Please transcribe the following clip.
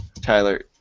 Tyler